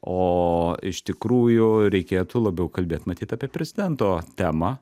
o iš tikrųjų reikėtų labiau kalbėt matyt apie prezidento temą